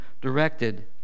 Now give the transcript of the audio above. directed